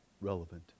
relevant